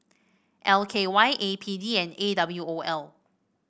L K Y A P D and A W O L